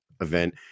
event